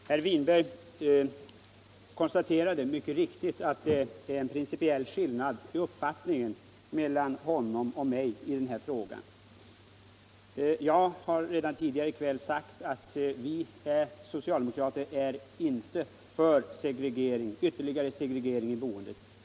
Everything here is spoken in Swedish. Fru talman! Herr Winberg konstaterade mycket riktigt att det är en principiell skillnad i uppfattning mellan honom och mig i den här frågan. Jag har redan tidigare i kväll sagt att vi socialdemokrater inte vill ha ytterligare segrering i boendet.